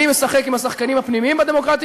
אני משחק עם השחקנים הפנימיים בדמוקרטיה